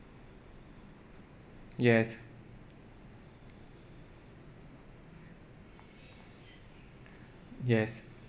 yes yes